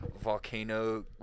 Volcano